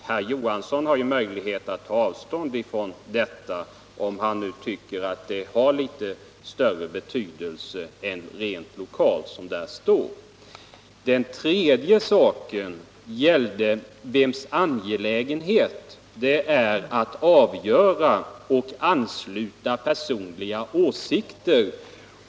Herr Johansson har möjlighet att ta avstånd från detta, om han tycker att saken har lite större betydelse än rent lokalt. Den tredje saken gällde vems angelägenhet det är att avgöra och ansluta personliga åsikter.